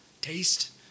taste